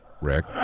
Rick